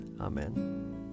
Amen